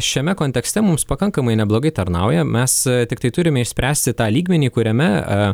šiame kontekste mums pakankamai neblogai tarnauja mes tiktai turime išspręsti tą lygmenį kuriame